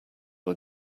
are